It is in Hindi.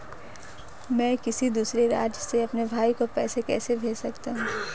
मैं किसी दूसरे राज्य से अपने भाई को पैसे कैसे भेज सकता हूं?